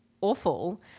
awful